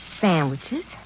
Sandwiches